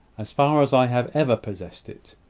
as far as i have ever possessed it.